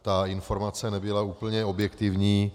Ta informace nebyla úplně objektivní.